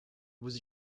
vous